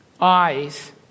eyes